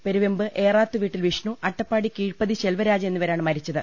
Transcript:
പെരുവെമ്പ് ഏറാത്ത് വീട്ടിൽ വിഷ്ണു അട്ടപ്പാടി കീഴ്പ്പതി ശെൽവരാജ് എന്നിവരാണ് മരിച്ചത്